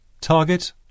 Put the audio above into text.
Target